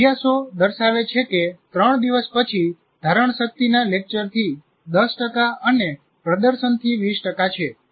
અભ્યાસો દર્શાવે છે કે 3 દિવસ પછી ધારણશક્તિના લેક્ચરથી 10 ટકા અને પ્રદર્શનથી 20 ટકા છે